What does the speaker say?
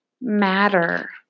matter